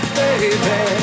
baby